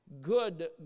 good